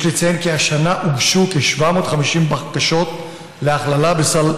יש לציין כי השנה הוגשו כ-750 בקשות להכללה בסל